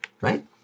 Right